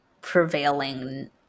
prevailing